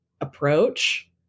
approach